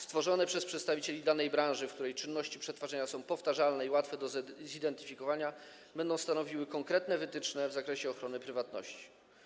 Stworzone przez przedstawicieli danej branży, w której czynności przetwarzania są powtarzalne i łatwe do zidentyfikowania, wytyczne będą stanowiły konkretne wytyczne w zakresie ochrony prywatności.